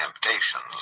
temptations